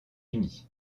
unis